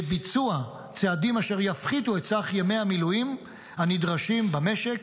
לביצוע צעדים אשר יפחיתו את סך ימי המילואים הנדרשים במשק